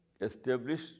establish